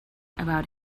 about